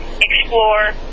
explore